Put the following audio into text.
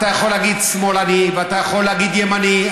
אתה יכול להגיד שמאלני ואתה יכול להגיד ימני.